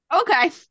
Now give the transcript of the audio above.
okay